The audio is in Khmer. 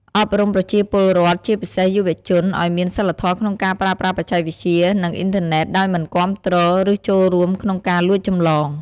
អប់រំប្រជាពលរដ្ឋ ជាពិសេសយុវជន ឱ្យមានសីលធម៌ក្នុងការប្រើប្រាស់បច្ចេកវិទ្យា និងអ៊ីនធឺណិត ដោយមិនគាំទ្រ ឬចូលរួមក្នុងការលួចចម្លង។